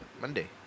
Monday